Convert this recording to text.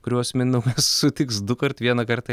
kuriuos mindaugas sutiks dukart vieną kartą